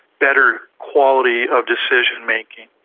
better quality of decision making.